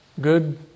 good